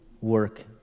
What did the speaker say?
work